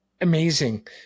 amazing